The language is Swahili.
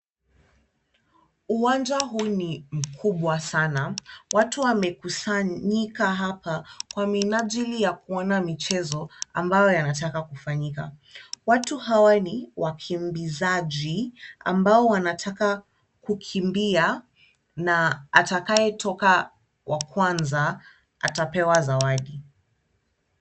Uwanja huu ni mkubwa sana. Watu wamekusanyika hapa kwa minajili ya kuona michezo ambayo yanataka kufanyika. Watu hawa ni wakimbizaji ambao wanataka kukimbia na atakayetoka wa kwanza atapewa zawadi.